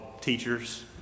teachers